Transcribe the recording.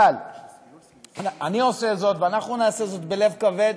אבל אני עושה זאת ואנחנו נעשה זאת בלב כבד,